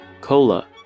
cola